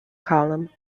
column